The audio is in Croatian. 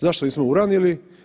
Zašto nismo uranili?